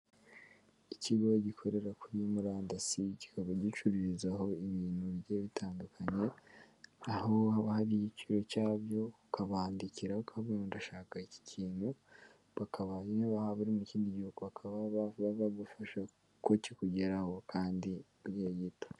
Ikigo gikorera kuri murandasi kikaba gicururizaho ibintu bigiye bitandukanye, aho haba hariho igiciro cyabyo ukabandikira ukababwira ngo ndashaka iki kintu, bakaba niyo waba uri mu kindi gihugu bakaba bagufasha ko kikugeraho kandi igihe gito.